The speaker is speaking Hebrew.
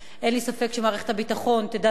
אין לי ספק שמערכת הביטחון תדע לשים